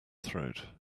throat